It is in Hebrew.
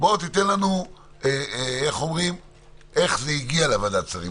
תיתן לנו איך זה הגיע לוועדת שרים,